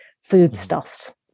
foodstuffs